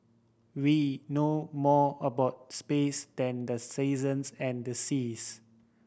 we know more about space than the seasons and the seas